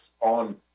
on